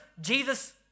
Jesus